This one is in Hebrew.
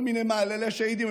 כל מיני מהללי שהידים,